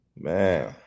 man